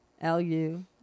L-U